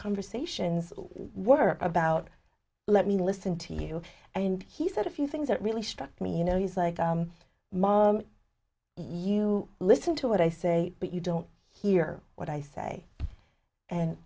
conversations were about let me listen to you and he said a few things that really struck me you know he's like a mom you listen to what i say but you don't hear what i say and